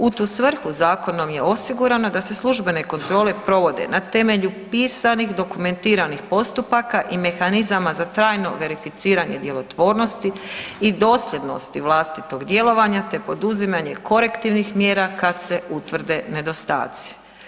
U tu svrhu zakonom je osigurano da se službene kontrole provode na temelju pisanih dokumentiranih postupaka i mehanizama za trajno verificiranje djelotvornosti vlastitog djelovanja te poduzimanja korektivnih mjera kad se utvrde nedostaci.